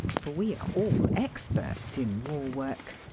for we are all experts in war-work.